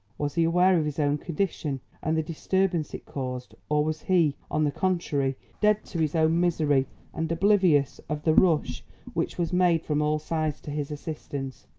was he aware of his own condition and the disturbance it caused or was he, on the contrary, dead to his own misery and oblivious of the rush which was made from all sides to his assistance?